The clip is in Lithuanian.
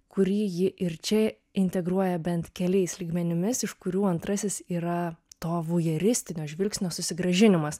kurį ji ir čia integruoja bent keliais lygmenimis iš kurių antrasis yra to vujeristinio žvilgsnio susigrąžinimas